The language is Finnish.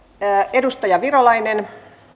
edustaja virolainen